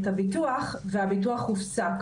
את הביטוח והביטוח הופסק,